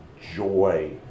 joy